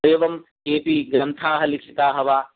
एवं केऽपि ग्रन्थाः लिखिताः वा